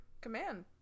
command